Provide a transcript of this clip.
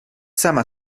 sama